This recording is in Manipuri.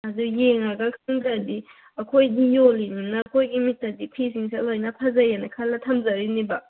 ꯑꯗꯨ ꯌꯦꯡꯂꯒ ꯈꯟꯗ꯭ꯔꯗꯤ ꯑꯩꯈꯣꯏꯁꯨ ꯌꯣꯜꯂꯤꯃꯤꯅ ꯑꯩꯈꯣꯏꯒꯤ ꯃꯤꯠꯇꯗꯤ ꯐꯤꯁꯤꯡꯁꯦ ꯂꯣꯏꯅ ꯐꯖꯩ ꯍꯥꯏꯅ ꯈꯜꯂꯒ ꯊꯝꯖꯔꯤꯅꯦꯕ